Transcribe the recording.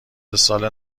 سال